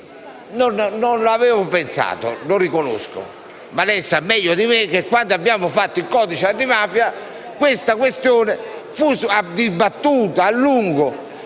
non l'avevo pensato, lo riconosco, ma lei sa meglio di me che quando lavorammo al codice antimafia la questione fu dibattuta a lungo.